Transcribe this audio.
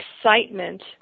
excitement